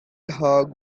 her